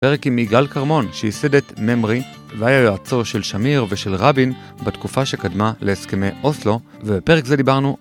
פרק עם יגאל כרמון שהסדת ממרי והיה יועצו של שמיר ושל רבין בתקופה שקדמה להסכמי אוסלו ובפרק זה דיברנו